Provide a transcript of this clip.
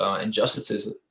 injustices